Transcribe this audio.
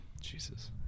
Jesus